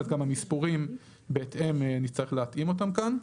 אז גם המספורים בהתאם נצטרף להתאים אותם כאן.